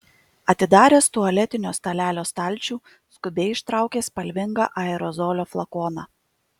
atidaręs tualetinio stalelio stalčių skubiai ištraukė spalvingą aerozolio flakoną